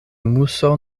muso